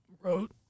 wrote